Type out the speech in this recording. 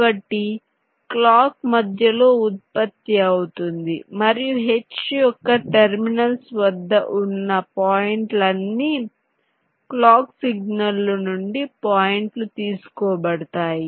కాబట్టి క్లాక్ మధ్యలో ఉత్పత్తి అవుతుంది మరియు H యొక్క టెర్మినల్స్ వద్ద ఉన్న పాయింట్లన్నీ క్లాక్ సిగ్నల్ లు నుండి పాయింట్లు తీసుకోబడతాయి